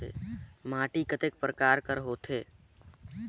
माटी कतेक परकार कर होथे?